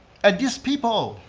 and these people,